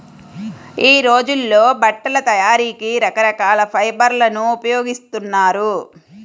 యీ రోజుల్లో బట్టల తయారీకి రకరకాల ఫైబర్లను ఉపయోగిస్తున్నారు